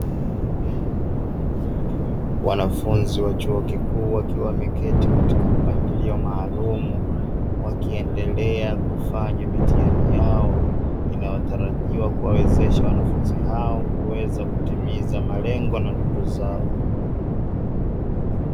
Wanafunzi wa chuo kikuu wakiwa wameketi katika mpangilio maalumu, wakiendelea kufanya mitihani yao inayotarajiwa kuwawezesha wanafunzi hao kuweza kutimiza malengo na ndoto zao.